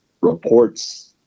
reports